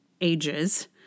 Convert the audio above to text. ages